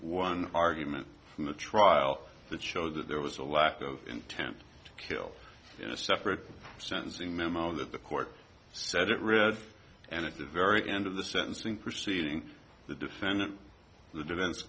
one argument from the trial that showed that there was a lack of intent to kill in a separate sentencing memo that the court said it read and at the very end of the sentencing proceeding the defendant the defense